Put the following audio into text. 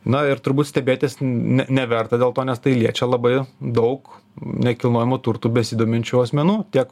na ir turbūt stebėtis ne neverta dėl to nes tai liečia labai daug nekilnojamu turtu besidominčių asmenų tiek